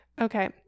Okay